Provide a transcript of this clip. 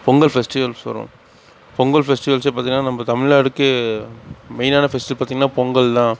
Pongal festivals வரும் பொங்கல் ஃபெஸ்டிவல்ஸே பார்த்திங்கனா நம்ம தமிழ்நாடுக்கு மெயினான ஃபெஸ்டிவல் பார்த்திங்கனா பொங்கல்தான்